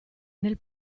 nel